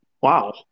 Wow